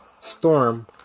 storm